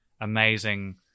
amazing